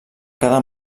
quedar